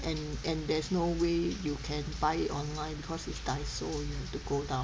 and and there's no way you can buy online because it's Daiso you have to go down